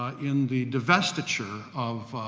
ah in the divestiture of,